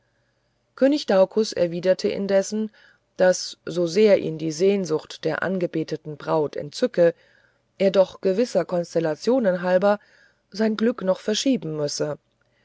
könig daucus erwiderte indessen daß so sehr ihn die sehnsucht der angebeteten braut entzücke er doch gewisser konstellationen halber sein glück noch verschieben müsse